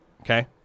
okay